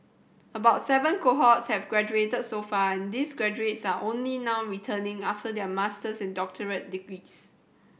about seven cohorts have graduated so far and these graduates are only now returning after their master's and doctorate degrees